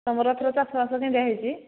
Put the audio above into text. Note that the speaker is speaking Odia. ତୁମର ଏଥର ଚାଷ ବାସ କେମିତିଆ ହୋଇଛି